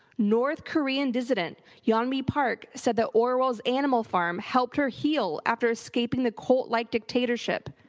north korean dissident yeon mi park said the orwell's animal farm helped her heal after escaping the cult like dictatorship.